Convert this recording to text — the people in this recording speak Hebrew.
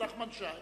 נחמן שי.